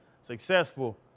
successful